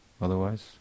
Otherwise